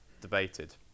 debated